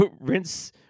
rinse